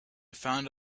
found